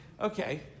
okay